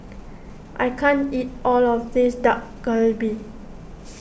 I can't eat all of this Dak Galbi